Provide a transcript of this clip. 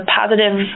positive